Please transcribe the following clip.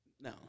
No